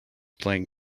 playing